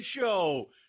show